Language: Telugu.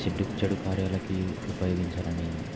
చెడ్డుకి చెడు కార్యాలకి ఉపయోగించారని